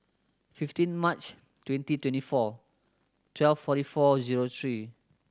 fifteen March twenty twenty four twelve forty four zero three